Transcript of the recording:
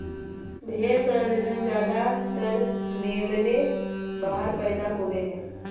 भेड़ प्रजनन ज्यादातर मेमने बाहर पैदा होवे हइ